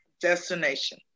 destination